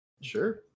Sure